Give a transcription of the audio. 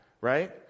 right